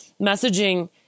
messaging